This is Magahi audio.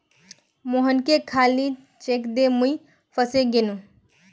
मोहनके खाली चेक दे मुई फसे गेनू